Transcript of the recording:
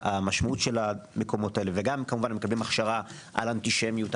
המשמעות של המקומות האלה וגם כמובן מקבלים הכשרה על אנטישמיות,